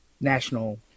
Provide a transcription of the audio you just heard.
national